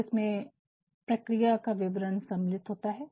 इसमें प्रक्रिया का विवरण सम्मिलित होता है